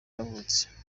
yavutse